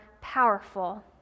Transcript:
powerful